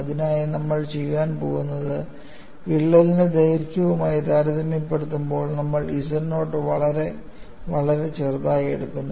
അതിനായി നമ്മൾ ചെയ്യാൻ പോകുന്നത് വിള്ളലിന്റെ ദൈർഘ്യവുമായി താരതമ്യപ്പെടുത്തുമ്പോൾ നമ്മൾ z നോട്ട് വളരെ വളരെ ചെറുതായി എടുക്കുന്നു